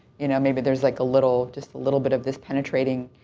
you know, maybe there's, like, a little, just a little bit of this penetrating.